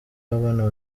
w’abana